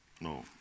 No